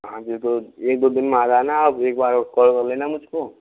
हाँ जी तो एक दो दिन में आ जाना अब एक बार कॉल कर लेना मुझे को